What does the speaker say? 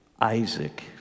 Isaac